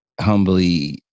humbly